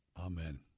amen